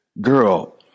girl